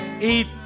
Eat